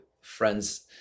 friends